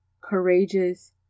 courageous